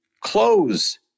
Clothes